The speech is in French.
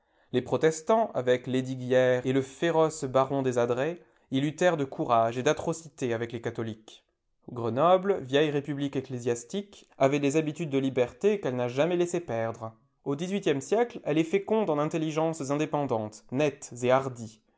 les protestants avec lesdiguières et le féroce baron des adrets y luttèrent de courage et d'atrocités avec les catholiques grenoble vieille république ecclésiastique avait des habitudes de liberté qu'elle n'a jamais laissé perdre au dixhuitième siècle elle est féconde en intelligences indépendantes nettes et hardies